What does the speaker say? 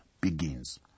begins